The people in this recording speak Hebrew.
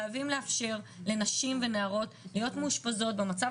חייבים לאפשר לנשים ונערות להיות מאושפזות במצב